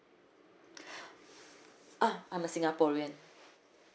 uh I'm a singaporean